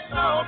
no